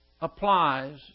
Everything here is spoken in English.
applies